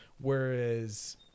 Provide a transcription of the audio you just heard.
whereas